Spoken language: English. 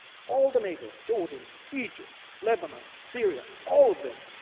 all the neighbors jordan, egypt, lebanon, syria, all of them.